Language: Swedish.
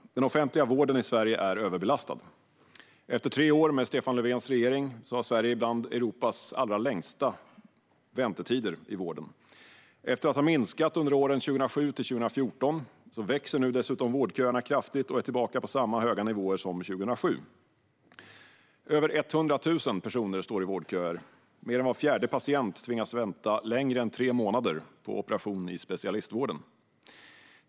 Den offentliga vården i Sverige är överbelastad. Efter tre år med Stefan Löfvens regering har Sverige bland Europas allra längsta väntetider i vården. Efter att ha minskat under åren 2007-2014 växer vårdköerna dessutom kraftigt - de är nu tillbaka på samma höga nivåer som 2007. Över 100 000 personer står i vårdköer. Mer än var fjärde patient tvingas vänta längre än tre månader på operation i specialistvården.